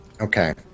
Okay